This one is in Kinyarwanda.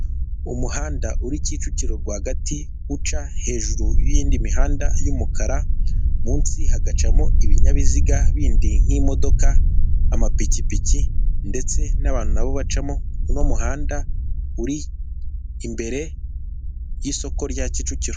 umuhanda uri kicukiro rwagati, uca hejuru y'yinindi mihanda y'umukara munsi hagacamo ibinyabiziga bindi nk'imodoka amapikipiki ndetse n'abantu nabo bacamo n'umuhanda uri imbere y'isoko rya kicukiro.